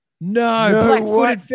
No